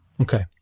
Okay